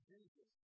Jesus